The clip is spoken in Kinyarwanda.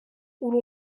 uri